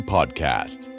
Podcast